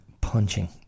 punching